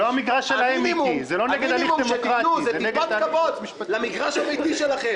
המינימום שתיתנו זה טיפה כבוד למגרש הביתי שלכם,